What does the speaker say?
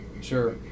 Sure